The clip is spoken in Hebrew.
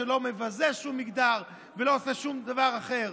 לא מבזה שום מגדר ולא עושה שום דבר אחר.